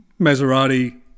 Maserati